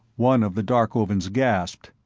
one of the darkovans gasped.